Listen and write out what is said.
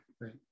right